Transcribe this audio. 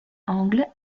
angle